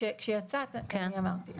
כשלא היית, כשיצאת אני אמרתי.